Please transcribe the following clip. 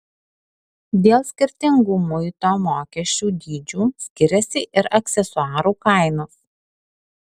dėl skirtingų muito mokesčių dydžių skiriasi ir aksesuarų kainos